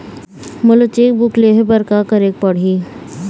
मोला cheque book लेहे बर का केरेक पढ़ही?